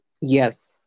Yes